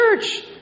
church